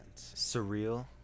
surreal